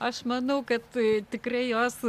aš manau kad tikrai jos